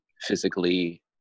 physically